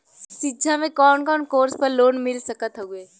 शिक्षा मे कवन कवन कोर्स पर लोन मिल सकत हउवे?